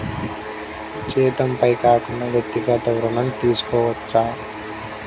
జీతంపై కాకుండా వ్యక్తిగత ఋణం తీసుకోవచ్చా?